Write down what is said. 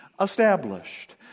established